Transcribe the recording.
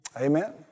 Amen